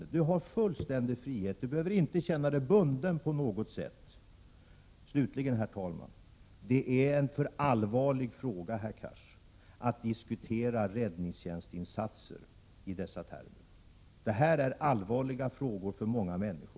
Han har fullständig frihet. Han behöver inte känna sig bunden på något sätt. Herr talman! Slutligen vill jag säga till Hadar Cars att frågan om räddningstjänstsinsatser är för allvarlig för att diskuteras i dessa termer. Detta är allvarliga frågor för många människor.